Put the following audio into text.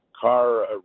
car